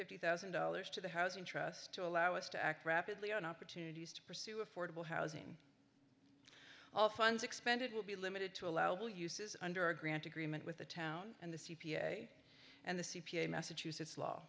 fifty thousand dollars to the housing trust to allow us to act rapidly on opportunities to pursue affordable housing all funds expended will be limited to allow the uses under a grant agreement with the town and the c p a and the c p a massachusetts law